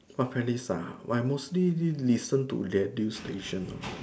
what play list ah I mostly listen to radio station lor